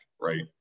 right